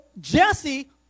Jesse